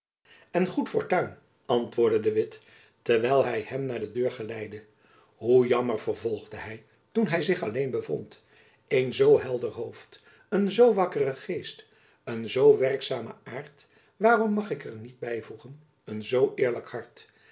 en goede fortuin antwoordde de witt terwijl hy hem naar de deur geleidde hoe jammer vervolgde hy toen hy zich alleen bevond een zoo helder hoofd een zoo wakkere geest een zoo werkzame aart waarom mag ik er niet by voegen een zoo eerlijk hart